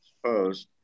suppose